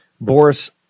Boris